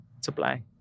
supply